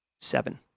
Seven